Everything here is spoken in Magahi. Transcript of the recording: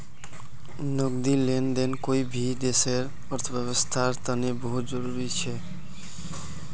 नकदी लेन देन कोई भी देशर अर्थव्यवस्थार तने बहुत जरूरी छ